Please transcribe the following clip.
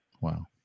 Wow